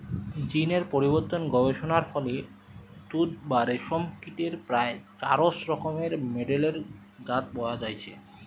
জীন এর পরিবর্তন গবেষণার ফলে তুত বা রেশম কীটের প্রায় চারশ রকমের মেডেলের জাত পয়া যাইছে